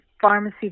pharmacy